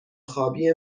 خوابی